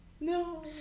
no